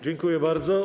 Dziękuję bardzo.